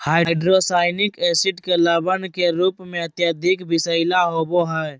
hydrocyanic acid के लवण के रूप में अत्यधिक विषैला होव हई